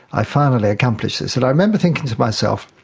i finally accomplished this. and i remember thinking to myself,